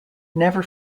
never